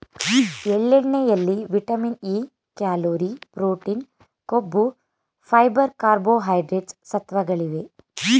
ಎಳ್ಳೆಣ್ಣೆಯಲ್ಲಿ vitamin E, calorie, protein, ಕೊಬ್ಬು, fibre, carbohydrates ಸತ್ವಗಳಿವೆ